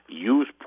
Use